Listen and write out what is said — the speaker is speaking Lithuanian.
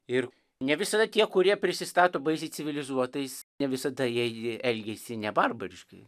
ir ne visada tie kurie prisistato baisiai civilizuotais ne visada jie elgiasi ne barbariškai